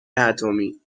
اتمی